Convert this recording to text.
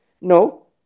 No